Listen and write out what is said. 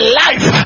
life